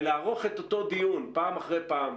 ולערוך את אותו דיון פעם אחרי פעם,